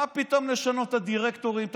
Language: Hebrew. מה פתאום לשנות את הדירקטורים,